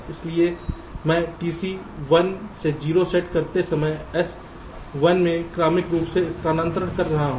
इसलिए मैं TC1 से 0 सेट करते समय S1 में क्रमिक रूप से स्थानांतरण कर रहा हूं